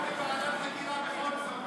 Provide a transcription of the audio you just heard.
והקמתם ועדת חקירה בכל זאת.